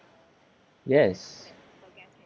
yes